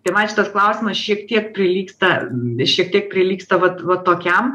tai man šitas klausimas šiek tiek prilygsta šiek tiek prilygsta vat vat tokiam